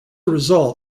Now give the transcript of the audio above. result